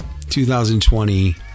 2020